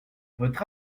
votre